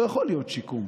לא יכול להיות שיקום,